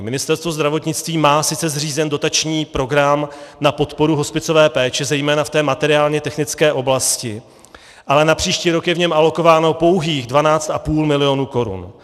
Ministerstvo zdravotnictví má sice zřízen dotační program na podporu hospicové péče zejména v té materiálně technické oblasti, ale na příští rok je v něm alokováno pouhých 12,5 mil. korun.